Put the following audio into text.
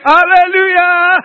Hallelujah